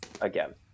Again